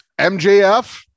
mjf